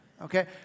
Okay